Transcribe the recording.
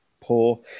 poor